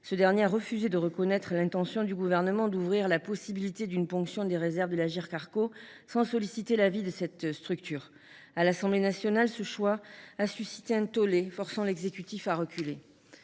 Ce dernier a refusé de reconnaître l’intention du Gouvernement d’ouvrir la possibilité d’une ponction des réserves de l’Agirc Arrco sans solliciter l’avis de cette structure. À l’Assemblée nationale, ce choix avait suscité un tollé, forçant l’exécutif à reculer.